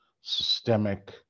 systemic